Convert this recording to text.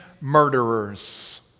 murderers